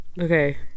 Okay